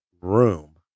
room